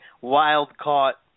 wild-caught